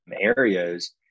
areas